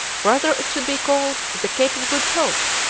rather it should be called the cape of good hope,